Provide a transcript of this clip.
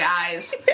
eyes